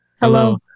Hello